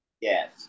yes